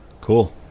Cool